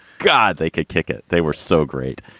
god. they could kick it. they were so great.